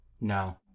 No